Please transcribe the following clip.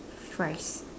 fries